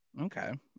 Okay